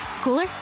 Cooler